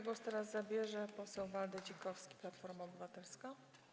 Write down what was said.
Głos teraz zabierze poseł Waldy Dzikowski, Platforma Obywatelska.